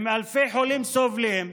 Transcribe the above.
עם אלפי חולים סובלים,